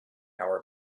our